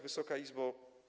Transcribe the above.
Wysoka Izbo!